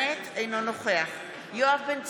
אינו נוכח יואב בן צור,